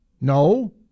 No